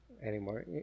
Anymore